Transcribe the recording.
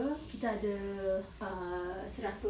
I don't think you got book no book